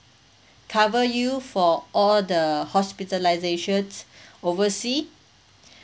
cover you for all the hospitalisations oversea